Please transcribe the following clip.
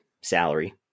salary